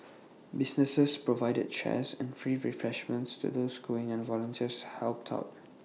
businesses provided chairs and free refreshments to those queuing and volunteers helped out